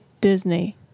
Disney